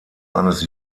eines